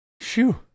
Shoo